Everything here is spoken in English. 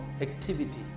activity